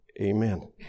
Amen